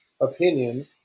opinion